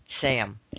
Sam